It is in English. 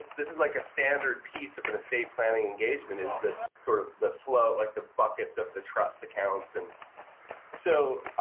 this is like a standard piece of and estate planning engagement is that sort of the flow like the buckets of the trust accounts. and so,